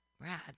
Rad